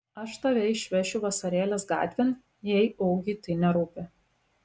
aš tave išvešiu vasarėlės gatvėn jei augiui tai nerūpi